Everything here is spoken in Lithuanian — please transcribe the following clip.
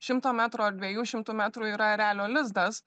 šimto metrų ar dviejų šimtų metrų yra erelio lizdas